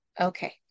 Okay